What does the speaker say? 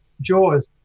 Jaws